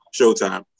Showtime